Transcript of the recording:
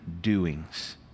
doings